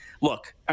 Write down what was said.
look